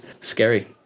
scary